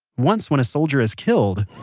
once when a soldier is killed,